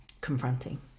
confronting